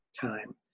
time